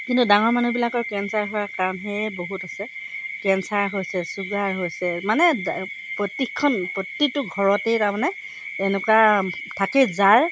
কিন্তু ডাঙৰ মানুহবিলাকৰ কেঞ্চাৰ হোৱাৰ কাৰণহে বহুত আছে কেঞ্চাৰ হৈছে চুগাৰ হৈছে মানে প্ৰতিখন প্ৰতিটো ঘৰতেই তাৰমানে এনেকুৱা থাকে যাৰ